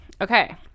okay